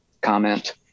comment